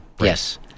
Yes